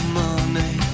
money